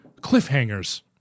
cliffhangers